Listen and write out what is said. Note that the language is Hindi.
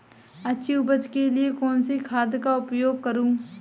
अच्छी उपज के लिए कौनसी खाद का उपयोग करूं?